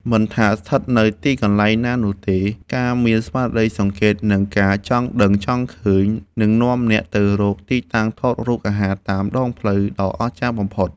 មិនថាស្ថិតនៅទីកន្លែងណានោះទេ ការមានស្មារតីសង្កេត និងការចង់ដឹងចង់ឃើញ នឹងនាំអ្នកទៅរកទីតាំងថតរូបអាហារតាមដងផ្លូវដ៏អស្ចារ្យបំផុត។